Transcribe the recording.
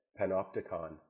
panopticon